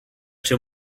czy